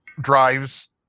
drives